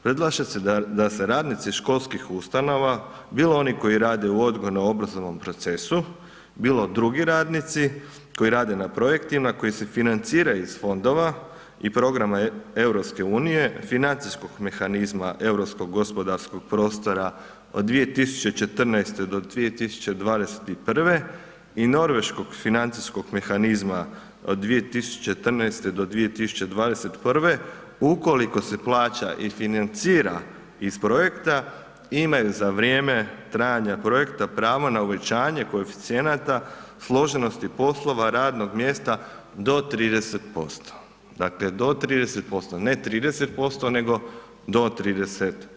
Predlaže se da se radnici školskih ustanova, bilo oni koji rade u odgojno obrazovnom procesu, bilo drugi radnici koji rade na projektima koji se financiraju iz fondova i iz programa EU financijskog mehanizma europskog gospodarskog prostora od 2014. do 2021. i norveškog financijskog mehanizma od 2014. do 2021. ukoliko se plaća i financira iz projekta imaju za vrijeme trajanja projekta pravo na uvećanje koeficijenata složenosti poslova radnog mjesta do 30%, dakle do 30%, ne 30% nego do 30%